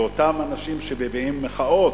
לאותם אנשים שמביעים מחאות.